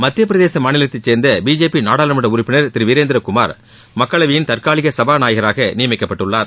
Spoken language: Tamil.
மத்தியப் பிரதேச மாநிலத்தை சேர்ந்த பிஜேபி நாடாளுமன்ற உறுப்பினர் திரு வீரேந்திரகுமார் மக்களவையின் தற்காலிக சுபாநாயகராக நியமிக்கப்பட்டுள்ளார்